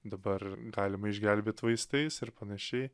dabar galima išgelbėt vaistais ir panašiai